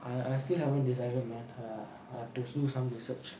I I still haven't decided man err I have to do some research